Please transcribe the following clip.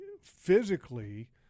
physically –